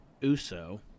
Uso